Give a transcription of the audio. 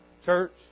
Church